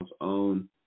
own